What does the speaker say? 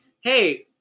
hey –